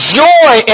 joy